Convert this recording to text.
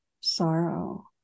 sorrow